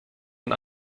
ein